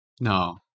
No